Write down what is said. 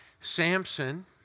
Samson